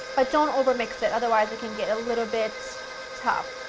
but don't over mix it otherwise it can get a little bit tough.